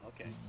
okay